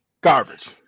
garbage